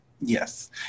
Yes